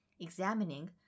Examining